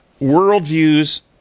worldviews